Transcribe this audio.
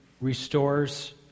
restores